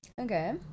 Okay